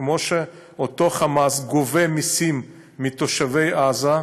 כמו שאותו "חמאס" גובה מסים מתושבי עזה,